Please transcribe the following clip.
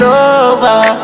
over